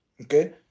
okay